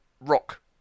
rock